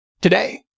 Today